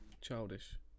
childish